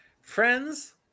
friends